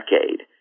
decade